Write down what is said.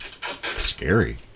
scary